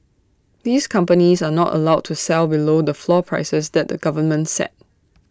these companies are not allowed to sell below the floor prices that the government set